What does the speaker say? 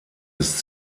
ist